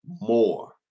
more